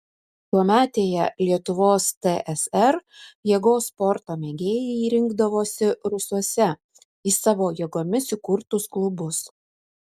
tuometėje lietuvos tsr jėgos sporto mėgėjai rinkdavosi rūsiuose į savo jėgomis įkurtus klubus